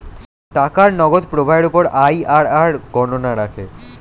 টাকার নগদ প্রবাহের উপর আইআরআর গণনা রাখে